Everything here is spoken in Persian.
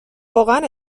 واقعا